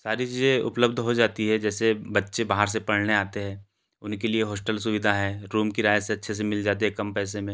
सारी चीज़ें उपलब्ध हो जाती है जैसे बच्चे बाहर से पढ़ने आते हैं उनके लिए हॉस्टल सुविधा है रूम किराये अच्छे से मिल जाते हैँ कम पैसे में